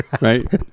right